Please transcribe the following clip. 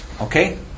Okay